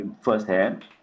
firsthand